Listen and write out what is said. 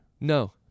No